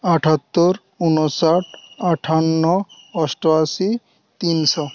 আঠাত্তর উনষাট আঠান্ন অষ্টআশি তিনশো